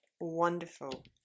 wonderful